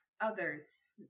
others